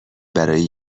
برای